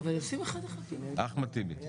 אחמד טיבי.